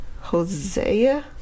Hosea